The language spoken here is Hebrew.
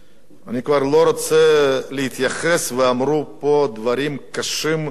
אני כבר לא רוצה להתייחס, ואמרו פה דברים קשים על